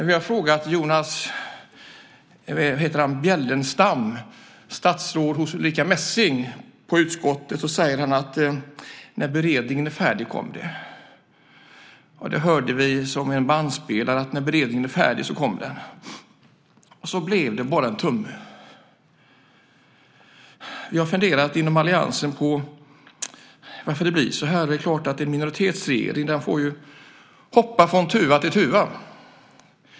Vi har frågat Jonas Bjelfvenstam, statssekreterare hos statsrådet Ulrica Messing, när han har varit i utskottet, och han säger att när beredningen är färdig kommer den. Det har varit som att höra på en bandspelare: När beredningen är färdig kommer den. Så blev det bara en tumme! Vi har inom alliansen funderat på varför det blir så. Men det är klart att en minoritetsregering får hoppa från tuva till tuva.